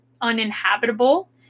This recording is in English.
uninhabitable